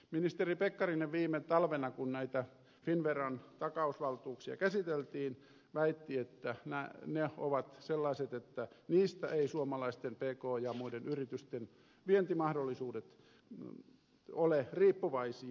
ministeri pekkarinen väitti viime talvena kun näitä finnveran takausvaltuuksia käsiteltiin että ne ovat sellaiset että niistä eivät suomalaisten pk ja muiden yritysten vientimahdollisuudet ole riippuvaisia